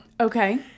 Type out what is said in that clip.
Okay